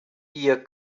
ihr